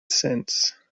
since